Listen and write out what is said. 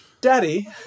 Daddy